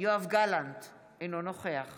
יואב גלנט, אינו נוכח